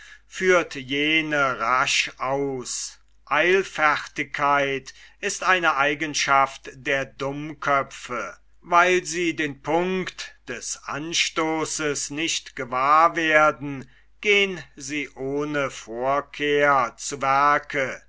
führt jene rasch aus eilfertigkeit ist eine eigenschaft der dummköpfe weil sie den punkt des anstoßes nicht gewahr werden gehn sie ohne vorkehr zu